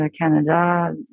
Canada